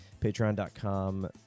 patreon.com